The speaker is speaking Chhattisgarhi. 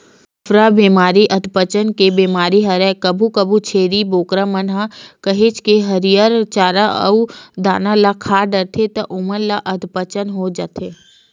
अफारा बेमारी अधपचन के बेमारी हरय कभू कभू छेरी बोकरा मन ह काहेच के हरियर चारा अउ दाना ल खा डरथे त ओमन ल अधपचन हो जाथे